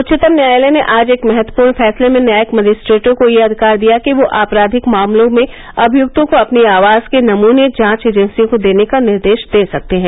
उच्चतम न्यायालय ने आज एक महत्वपूर्ण फैसले में न्यायिक मजिस्ट्रेटों को यह अधिकार दिया कि वह आपराधिक मामलों में अभियुक्तों को अपनी आवाज के नमूने जांच एजेंसियों को देने का निर्देश दे सकते हैं